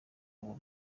abo